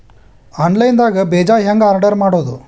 Online ದಾಗ ಬೇಜಾ ಹೆಂಗ್ ಆರ್ಡರ್ ಮಾಡೋದು?